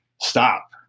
stop